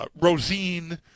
Rosine